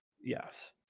Yes